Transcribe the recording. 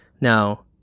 Now